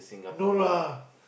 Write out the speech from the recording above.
no lah